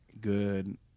good